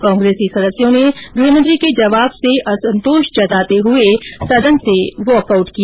कांग्रेसी सदस्यों ने गृहमंत्री के जवाब से असंतोष जताते हए सदन से वाकआउट किया